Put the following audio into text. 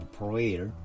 prayer